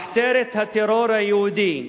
מחתרת הטרור היהודי,